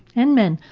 and men.